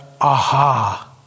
aha